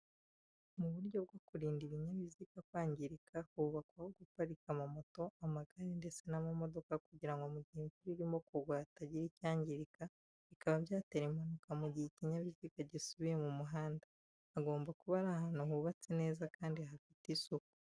Mu buryo bwo kurinda ibinyabiziga kwangirika, hubakwa aho guparika amamoto, amagare ndetse n'amamodoka kugira ngo mu gihe imvura irimo kugwa hatagira icyangirika bikaba byatera impanuka mu gihe ikinyabiziga gisubiye mu muhanda. Hagomba kuba ari ahantu hubatse neza kandi hafite isuku.